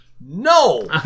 no